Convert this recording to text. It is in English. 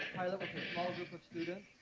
pilot with a small group of students.